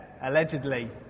allegedly